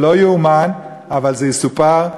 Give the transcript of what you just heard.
זה לא יאומן אבל זה יסופר,